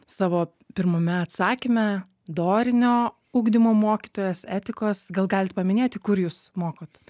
savo pirmame atsakyme dorinio ugdymo mokytojas etikos gal galit paminėti kur jūs mokot